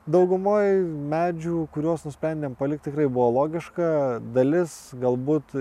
daugumoj medžių kuriuos nusprendėm palikt tikrai buvo logiška dalis galbūt